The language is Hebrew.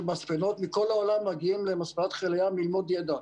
ממספנות מכל העולם מגיעים למספנת חיל הים ללמוד ידע.